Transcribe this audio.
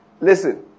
Listen